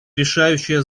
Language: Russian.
решающее